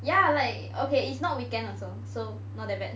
ya like okay it's not weekend also so not that bad